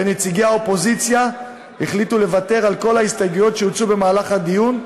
ונציגי האופוזיציה החליטו לוותר על כל ההסתייגויות שהוצעו במהלך הדיון,